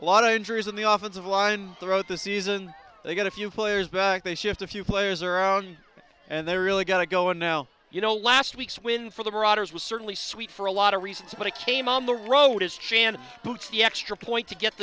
a lot of injuries in the office of a line throw the season they get a few players back they shift a few players around and they really got to go and now you know last week's win for the marauders was certainly sweet for a lot of reasons but it came on the road as chan boots the extra point to get